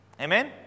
Amen